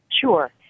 Sure